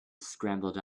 scrambled